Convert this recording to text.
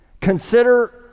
Consider